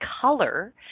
color